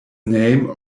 name